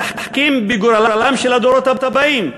משחקים בגורלם של הדורות הבאים,